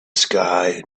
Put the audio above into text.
sky